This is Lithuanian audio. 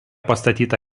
pastatyta